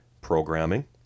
programming